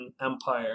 Empire